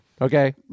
Okay